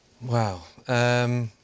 wow